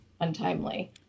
untimely